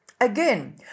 Again